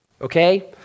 okay